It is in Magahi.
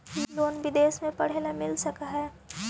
लोन विदेश में पढ़ेला मिल सक हइ?